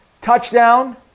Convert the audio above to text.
touchdown